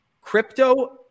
crypto